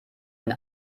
wenn